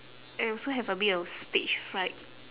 I also have a bit of stage fright